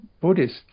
Buddhist